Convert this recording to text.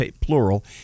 plural